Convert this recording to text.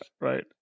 Right